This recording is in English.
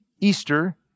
Easter